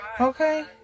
okay